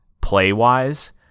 play-wise